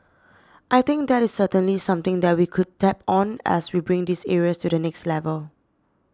I think that is certainly something that we could tap on as we bring these areas to the next level